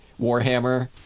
Warhammer